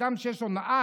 אדם שיש לו נהג,